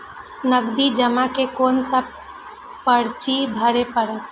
नगदी जमा में कोन सा पर्ची भरे परतें?